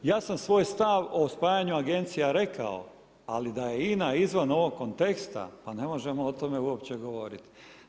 Ja sam svoj stav o spajanju agencija rekao, ali da je INA izvan ovog konteksta, pa ne možemo o tome uopće govoriti.